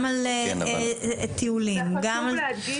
גם על טיולים וכו'.